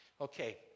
Okay